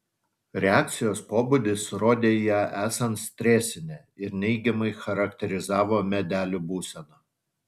reakcijos pobūdis rodė ją esant stresinę ir neigiamai charakterizavo medelių būseną